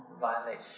violate